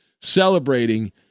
celebrating